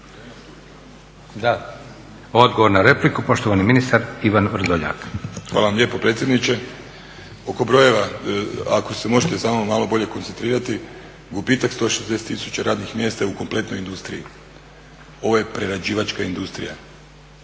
Odgovor na repliku poštovani ministar Ivan Vrdoljak. **Vrdoljak, Ivan (HNS)** Hvala vam lijepo predsjedniče. Oko brojeva ako se možete samo malo bolje koncentrirati gubitak 160 radnih mjesta je u kompletnoj industriji. Ovo je prerađivačka industrija,